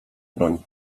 broń